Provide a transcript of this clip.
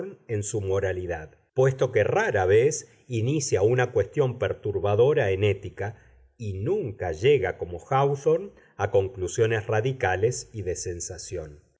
en su moralidad puesto que rara vez inicia una cuestión perturbadora en ética y nunca llega como háwthorne a conclusiones radicales y de sensación